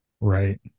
right